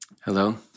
Hello